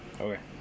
Okay